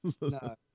No